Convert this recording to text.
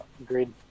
agreed